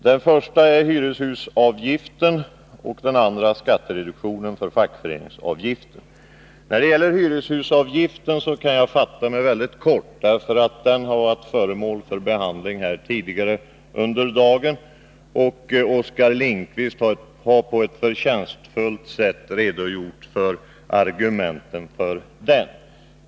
Den första gäller hyreshusavgiften och den andra skattereduktionen för fackföreningsavgifter. När det gäller hyreshusavgiften kan jag fatta mig väldigt kort, eftersom den har varit föremål för behandling tidigare under dagen. Oskar Lindkvist har på ett förtjänstfullt sätt redogjort för argumenten för den.